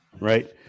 Right